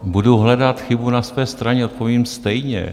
Budu hledat chybu na své straně, odpovím stejně.